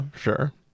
sure